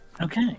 Okay